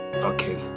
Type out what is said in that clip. Okay